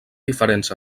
diferents